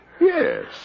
yes